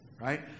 right